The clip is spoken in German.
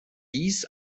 dies